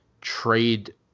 trade